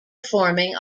performing